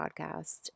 podcast